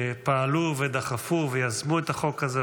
שפעלו ודחפו ויזמו את החוק הזה.